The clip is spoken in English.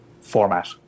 format